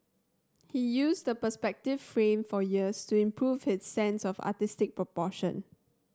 he used the perspective frame for years to improve his sense of artistic proportion